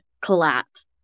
collapse